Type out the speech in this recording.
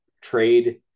trade